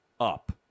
up